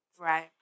right